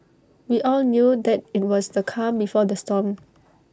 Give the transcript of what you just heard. we all knew that IT was the calm before the storm